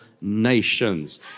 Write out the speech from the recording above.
Nations